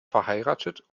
verheiratet